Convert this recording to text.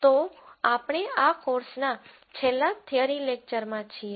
તો આપણે આ કોર્સના છેલ્લા થીયરી લેકચરમાં છીએ